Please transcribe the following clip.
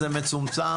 היא לא נמצאת,